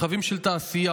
מרחבים של תעשייה,